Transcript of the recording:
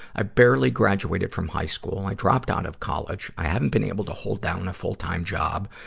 i barely graduated from high school, i dropped out of college, i haven't been able to hold down a full-time job,